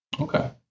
Okay